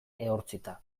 ehortzita